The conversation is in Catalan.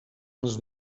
les